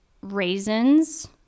raisins